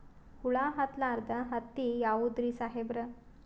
ಹುಳ ಹತ್ತಲಾರ್ದ ಹತ್ತಿ ಯಾವುದ್ರಿ ಸಾಹೇಬರ?